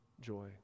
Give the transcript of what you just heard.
joy